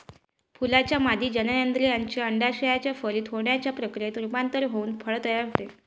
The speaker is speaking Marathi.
फुलाच्या मादी जननेंद्रियाचे, अंडाशयाचे फलित होण्याच्या प्रक्रियेत रूपांतर होऊन फळ तयार होते